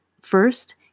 First